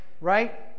Right